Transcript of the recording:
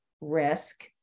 risk